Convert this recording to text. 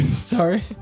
sorry